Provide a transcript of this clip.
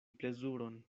plezuron